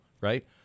right